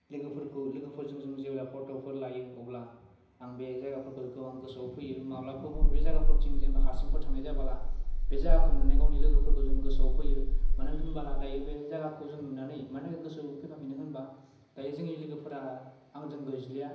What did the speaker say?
लोगोफोरखौ लोगोफोरजों जों जेब्ला पट'फोर लायो अब्ला आं बे जायगाफोरखौ गोबां गोसोआव फैयो माब्लाफोर बे जायगाफोरथिं जेनबा हारसिंफोर थांनाय जाबोला बे जायगाखौ नुनायखौ जों गावनि लोगोफोरखौ जों गोसोआव फैयो मानो होनबोला दायो बे जायगाखौ जों नुनानै मानि थाखाय गोसोआव फैफाफिनो होनबा दायो जोंनि लोगोफोरा आंजों गैज्लाया